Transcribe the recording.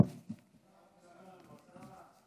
לא כבוד גדול להיות חבר כנסת בימים